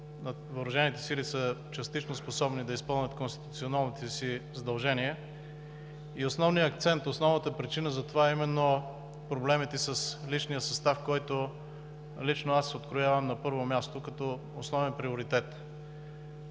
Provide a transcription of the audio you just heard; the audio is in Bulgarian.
Въоръжените сили са частично способни да изпълнят конституционалните си задължения и основният акцент, основната причина за това е именно проблемите с личния състав, който лично аз откроявам на първо място, като основен приоритет.